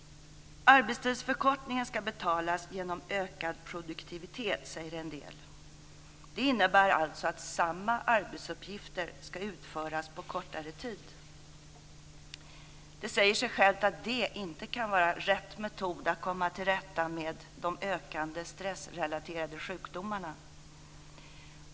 Arbetstidsförkortningen ska betalas genom ökad produktivitet, säger en del. Det innebär alltså att samma arbetsuppgifter ska utföras på kortare tid. Det säger sig självt att det inte kan vara rätt metod att komma till rätta med de ökande stressrelaterade sjukdomarna.